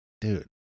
dude